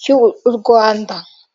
cy'u Rwanda.